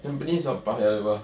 tampines or paya lebar